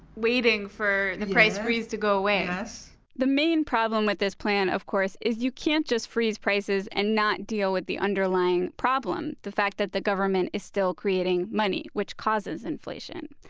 waiting for the price freeze to go away ah yes, yes the main problem with this plan, of course, is you can't just freeze prices and not deal with the underlying problem, the fact that the government is still creating money, which causes inflation.